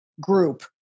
group